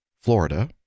Florida